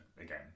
again